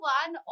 one